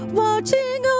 watching